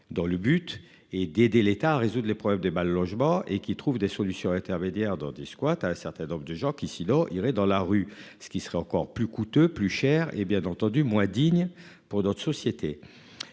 dont le but est d'aider l'État à résoudre les problèmes des mal-logement et qui trouve des solutions intermédiaires dans des squats à un certain nombre de gens qui eau iraient dans la rue, ce qui serait encore plus coûte plus cher et bien entendu moins digne pour d'autres sociétés.